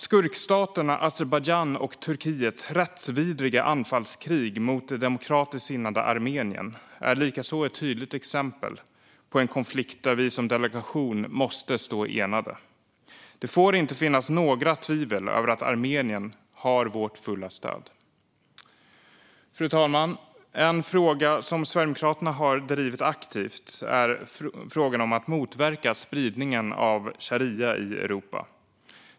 Skurkstaterna Azerbajdzjans och Turkiets rättsvidriga anfallskrig mot det demokratiskt sinnade Armenien är likaså ett tydligt exempel på en konflikt där vi som delegation måste stå enade. Det får inte finnas några tvivel om att Armenien har vårt fulla stöd. Fru talman! En fråga som Sverigedemokraterna har drivit aktivt är frågan om att motverka spridningen av sharia i Europa.